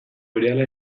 berehala